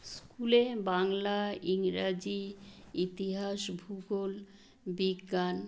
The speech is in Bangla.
স্কুলে বাংলা ইংরাজি ইতিহাস ভূগোল বিজ্ঞান